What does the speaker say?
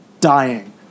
Dying